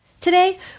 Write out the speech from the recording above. Today